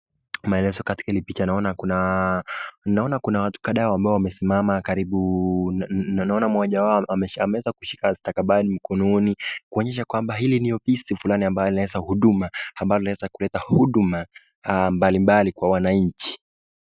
Maelezo katika hii picha naona kuna watu kadhaa ambao wamesimama na naona mmoja wao ameweza kushika stakabadhi mkononi kuonyesha kua ni ofisi fulani inaweza kuleta huduma mbalimbali kwa wananchi.